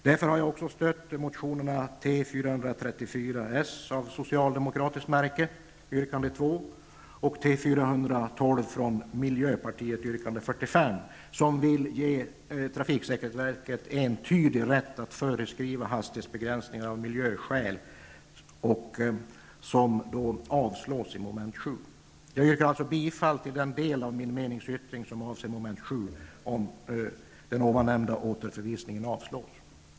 Därför har jag stött motionerna T434 yrkande 2 Jag yrkar alltså bifall till den del av min meningsyttring som avser mom. 7, om den nämnda återförvisningen avslås.